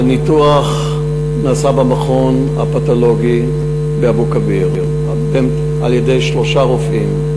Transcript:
הניתוח נעשה במכון הפתולוגי באבו-כביר על-ידי שלושה רופאים: